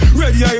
ready